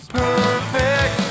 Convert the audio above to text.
perfect